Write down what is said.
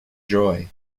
joy